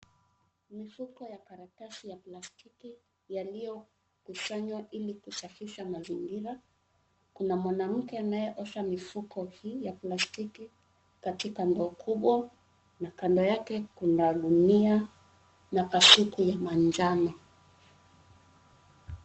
Ni mifuko ya karatasi ya plastiki yaliyokusanywa ili kusafisha mazingira. Kuna mwanamke anayeosha mifuko hii ya plastiki katika ndoo kubwa na kando yake kuna gunia na kasuku ya manjano.